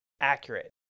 accurate